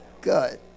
Good